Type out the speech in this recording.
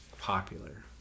popular